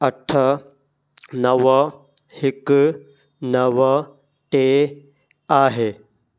अठ नव हिकु नव टे आहे